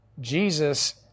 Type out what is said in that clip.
Jesus